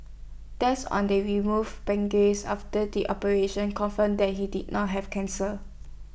tests on the removed pancreas after the operation confirmed that he did not have cancer